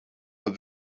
but